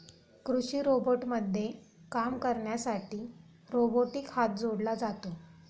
कृषी रोबोटमध्ये काम करण्यासाठी रोबोटिक हात जोडला जातो